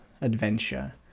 adventure